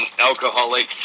alcoholic